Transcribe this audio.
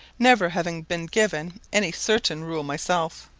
never having been given any certain rule myself,